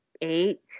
Eight